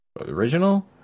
original